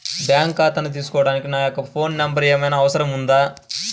Bank ఖాతా తీసుకోవడానికి నా యొక్క ఫోన్ నెంబర్ ఏమైనా అవసరం అవుతుందా?